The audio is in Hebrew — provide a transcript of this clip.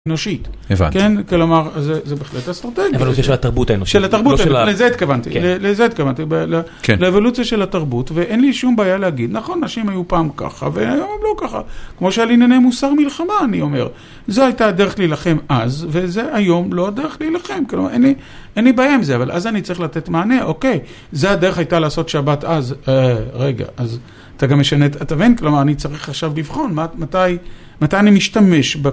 נושית. הבנתי. כן? כלומר, זה בהחלט אסטרטגיה. אבל זה של התרבות האנושית. של התרבות האנושית, לא של ה- לזה התכוונתי. לזה התכוונתי. כן. לאבולוציה של התרבות. ואין לי שום בעיה להגיד, נכון, נשים היו פעם ככה, והיום הן לא ככה. כמו שעל ענייני מוסר מלחמה, אני אומר. זו הייתה הדרך להילחם אז, וזה היום לא הדרך להילחם. כלומר, אין לי אין לי בעיה עם זה. אבל אז אני צריך לתת מענה. אוקיי, זה הדרך הייתה לעשות שבת אז. רגע. אתה גם משנה את מבין . כלומר, אני צריך עכשיו לבחון. מתי מתי אני משתמש ב